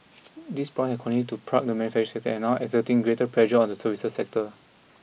these have continued to plague the manufacturing sector and now exerting greater pressure on the services sector